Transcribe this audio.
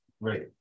Right